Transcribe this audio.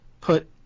put